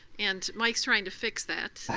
and mike's trying to fix that.